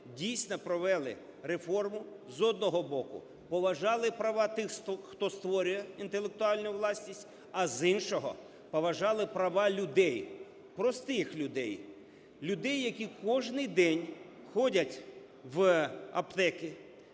дійсно провели реформу, з одного боку, поважали права тих, хто створює інтелектуальну власність, а з іншого, поважали права людей, простих людей, людей, які кожний день ходять в аптеки,